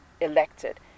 elected